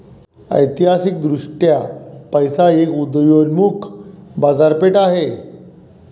ऐतिहासिकदृष्ट्या पैसा ही एक उदयोन्मुख बाजारपेठ आहे